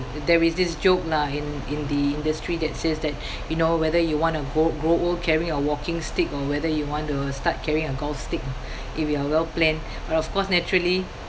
there is this joke lah in in the industry that says that you know whether you want to grow grow old carrying a walking stick or whether you want to start carrying a golf stick if you are well plan but of course naturally